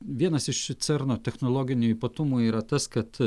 vienas iš cerno technologinių ypatumų yra tas kad